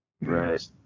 right